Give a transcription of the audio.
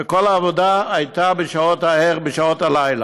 וכל העבודה הייתה בשעות הלילה.